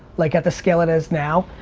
like at the scale it is now.